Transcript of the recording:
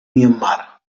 myanmar